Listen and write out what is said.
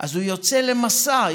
אז הוא יוצא למסע.